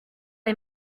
les